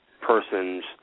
person's